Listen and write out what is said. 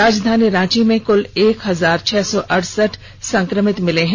राजधानी रांची में क्ल एक हजार छह सौ अरसठ संक्रमित मिल चुके हैं